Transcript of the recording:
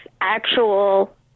actual